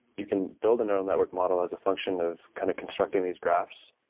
you can build a neural network model as a function of kind of constructing these graphs,